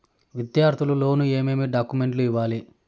విద్యార్థులు లోను ఏమేమి డాక్యుమెంట్లు ఇవ్వాలి?